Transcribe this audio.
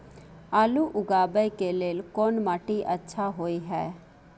आलू उगाबै के लेल कोन माटी अच्छा होय है?